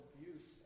Abuse